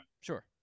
Sure